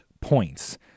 points